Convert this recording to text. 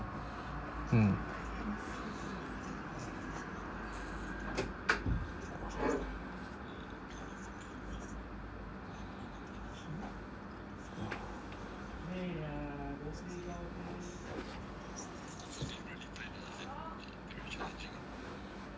mm